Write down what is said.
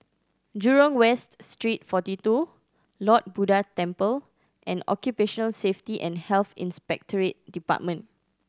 Jurong West Street Forty Two Lord Buddha Temple and Occupational Safety and Health Inspectorate Department